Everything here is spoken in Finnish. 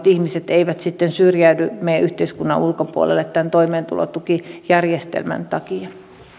ihmiset eivät syrjäydy meidän yhteiskunnan ulkopuolelle tämän toimeentulotukijärjestelmän takia